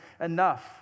enough